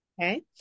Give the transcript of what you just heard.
okay